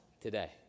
today